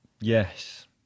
Yes